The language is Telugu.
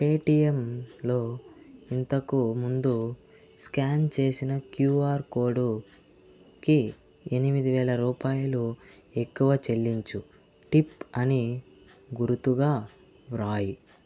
పేటిఎమ్లో ఇంతకు ముందు స్కాన్ చేసిన క్యూఆర్ కోడుకి ఎనిమిది వేల రూపాయలు ఎక్కువ చెల్లించు టిప్ అని గురుతుగా వ్రాయుము